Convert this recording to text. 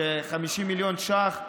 50 מיליון ש"ח,